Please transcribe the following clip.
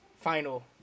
final